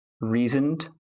reasoned